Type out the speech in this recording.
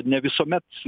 ne visuomet